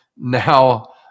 now